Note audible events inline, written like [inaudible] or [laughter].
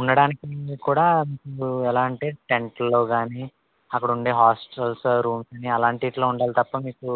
ఉండటానికి [unintelligible] కూడ ఇపుడు ఎలా అంటే టెంటులు గాని అక్కడ ఉండే హాస్టల్స్ రూమ్స్ అలాంటిట్లో ఉండాలి తప్పా మీకు